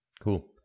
Cool